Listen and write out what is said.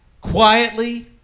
quietly